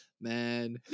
man